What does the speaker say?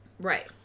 Right